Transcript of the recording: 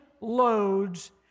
loads